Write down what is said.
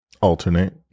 Alternate